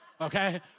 okay